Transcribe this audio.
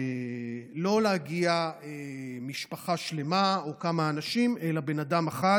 לא יגיעו משפחה שלמה או כמה אנשים אלא אדם אחד,